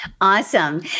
Awesome